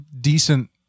decent